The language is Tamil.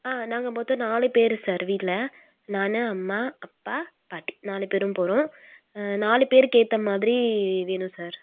ஆ நாங்கள் மொத்தம் நாலு பேரு சார் வீட்டில் நான் அம்மா அப்பா பாட்டி நாலு பேரும் போகிறோம் நாலு பேருக்கு ஏற்ற மாதிரி வேணும் சார்